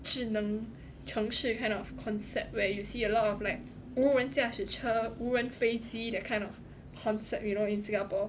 智能城市 kind of concept where you see a lot of like 无人驾驶车无人飞机 that kind of concept you know in Singapore